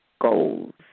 goals